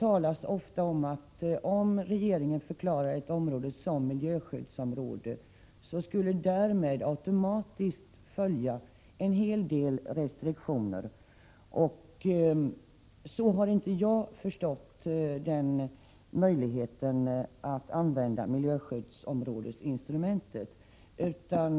Det sägs ofta, att om regeringen förklarar ett område som miljöskyddsområde, så följer därmed automatiskt en hel del restriktioner. Så har inte jag förstått att man kan använda instrumentet att klassa ett område som miljöskyddsområde.